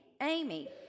Amy